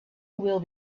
will